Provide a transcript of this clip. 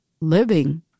living